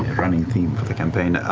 running theme for the campaign.